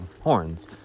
horns